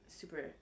super